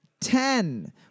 Ten